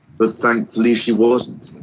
but thankfully she wasn't.